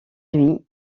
lui